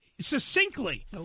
succinctly